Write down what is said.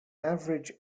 average